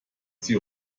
sie